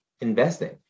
investing